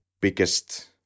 biggest